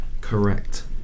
Correct